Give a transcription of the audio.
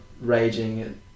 raging